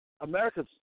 America's